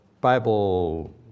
Bible